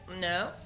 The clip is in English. no